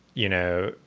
you know,